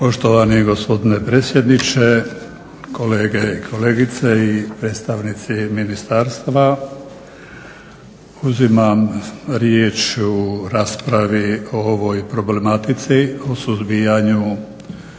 Poštovani gospodine predsjedniče, kolege i kolegice i predstavnici ministarstva. Uzimam riječ u raspravi o ovoj problematici, o suzbijanju,